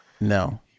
No